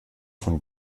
von